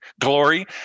glory